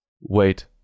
Wait